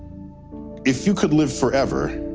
if you could live forever,